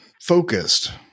focused